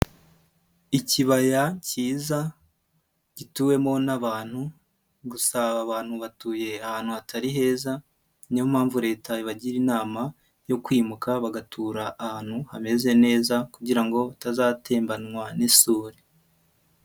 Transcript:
Ikibaya kiza gituwemo n'abantu gusaba abantu batuye ahantu hatari heza, niyo mpamvu Leta ibagira inama yo kwimuka bagatura ahantu hameze neza kugira ngo batazatembanwa n'isuri.